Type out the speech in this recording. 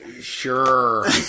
Sure